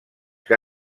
que